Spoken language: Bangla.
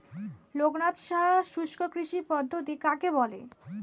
লোকনাথ সাহা শুষ্ককৃষি পদ্ধতি কাকে বলে?